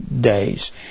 days